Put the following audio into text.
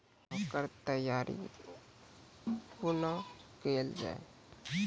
हेतै तअ ओकर तैयारी कुना केल जाय?